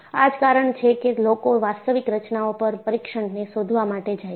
આ જ કારણ છે કે લોકો વાસ્તવિક રચનાઓ પર પરીક્ષણને શોધવા માટે જાય છે